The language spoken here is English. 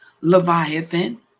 Leviathan